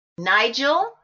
Nigel